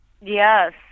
Yes